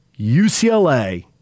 UCLA